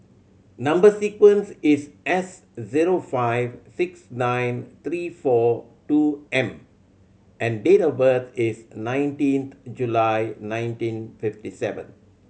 number sequence is S zero five six nine three four two M and date of birth is nineteenth July nineteen fifty seven